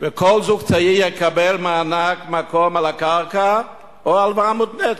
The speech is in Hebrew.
וכל זוג צעיר יקבל מענק מקום על הקרקע או הלוואה מותנית,